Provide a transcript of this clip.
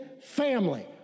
family